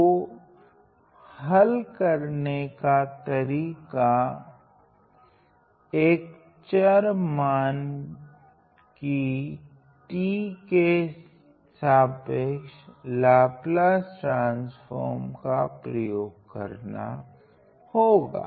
तो हल करने का तरीका एक चर माना की t के सापेक्ष लाप्लास ट्रान्स्फ़ोर्म का प्रयोग करना होगा